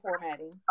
formatting